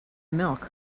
milk